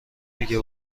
میگه